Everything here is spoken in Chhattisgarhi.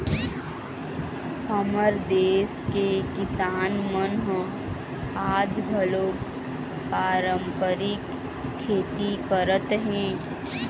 हमर देस के किसान मन ह आज घलोक पारंपरिक खेती करत हे